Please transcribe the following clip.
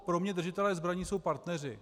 Pro mě držitelé zbraní jsou partneři.